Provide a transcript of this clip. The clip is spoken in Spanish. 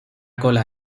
cola